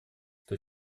кто